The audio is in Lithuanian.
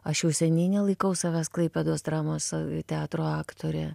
aš jau seniai nelaikau savęs klaipėdos dramos teatro aktore